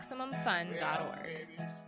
MaximumFun.org